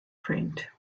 print